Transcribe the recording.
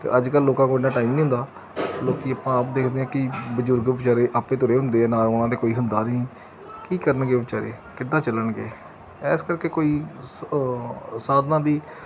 ਅਤੇ ਅੱਜ ਕੱਲ੍ਹ ਲੋਕਾਂ ਕੋਲ ਇੰਨਾ ਟਾਈਮ ਨਹੀਂ ਹੁੰਦਾ ਲੋਕ ਆਪਾਂ ਆਪ ਦੇਖਦੇ ਹਾਂ ਕਿ ਬਜ਼ੁਰਗ ਬਿਚਾਰੇ ਆਪੇ ਤੁਰੇ ਹੁੰਦੇ ਆ ਨਾਲ ਉਹਨਾਂ ਦੇ ਕੋਈ ਹੁੰਦਾ ਨਹੀਂ ਕੀ ਕਰਨਗੇ ਉਹ ਬਿਚਾਰੇ ਕਿੱਦਾਂ ਚੱਲਣਗੇ ਇਸ ਕਰਕੇ ਕੋਈ ਸਾਧਨਾ ਦੀ